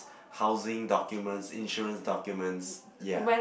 housing documents insurance documents ya